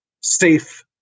safe